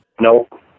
Nope